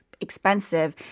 expensive